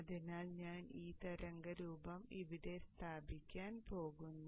അതിനാൽ ഞാൻ ഈ തരംഗരൂപം ഇവിടെ സ്ഥാപിക്കാൻ പോകുന്നു